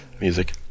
music